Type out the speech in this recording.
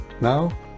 Now